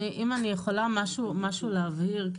אם אני יכולה משהו להבהיר משהו,